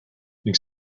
ning